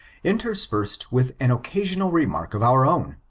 interspersed with an occasional remark of our own